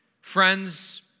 Friends